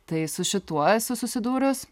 tai su šituo esu susidūrus